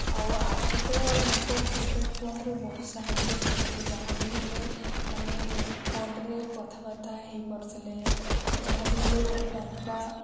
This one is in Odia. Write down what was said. ଆଉ ଆଗତ ଲୋକ କିପ୍ୟାଡ଼ ଫୋନ୍ରେ ବହୁତ ସାହାଯ୍ୟ ପାଉଥିଲେ ଯାହାବି ହେଲେ ମାନେ ଫୋନ୍ରେ କଥାବାର୍ତ୍ତା ହେଇପାରୁଥିଲେ ଯାହାବି ହେଲେ ଗୋଟେ ଟଙ୍କା